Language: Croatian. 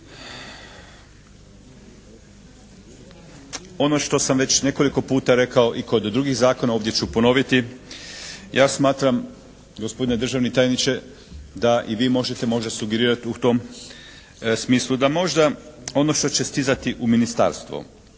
Ono što sam već nekoliko puta rekao i kod drugih zakona ovdje ću ponoviti, ja smatram gospodine državni tajniče da i vi možete možda sugerirati u tom smislu da možda ono što će stizati u ministarstvo